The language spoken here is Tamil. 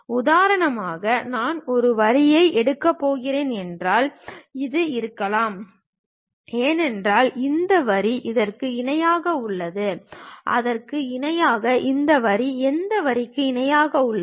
உதாரணமாக நான் ஒரு வரியை எடுக்கப் போகிறேன் என்றால் இது இருக்கலாம் ஏனெனில் இந்த வரி இதற்கு இணையாக உள்ளது அதற்கு இணையாக இந்த வரி இந்த வரிக்கு இணையாக உள்ளது